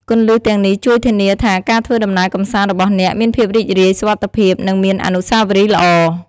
គន្លឹះទាំងនេះជួយធានាថាការធ្វើដំណើរកម្សាន្តរបស់អ្នកមានភាពរីករាយ សុវត្ថិភាព និងមានអនុស្សាវរីយ៍ល្អ។